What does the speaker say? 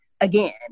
again